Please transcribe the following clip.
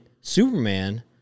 Superman